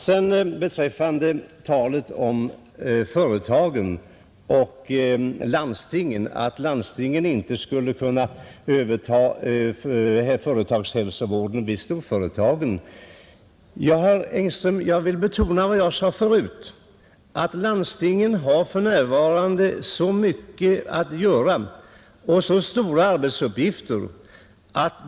Vad beträffar talet om att landstingen skulle kunna överta företagshälsovården vid storföretagen vill jag betona vad jag sade förut. Landstingen har för närvarande stora arbetsuppgifter.